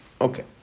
Okay